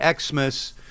Xmas